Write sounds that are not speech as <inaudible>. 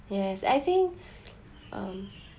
yes I think <breath> um